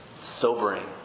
sobering